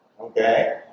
Okay